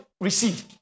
Receive